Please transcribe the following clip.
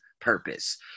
purpose